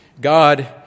God